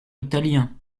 italien